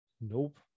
nope